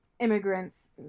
Immigrants